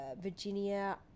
Virginia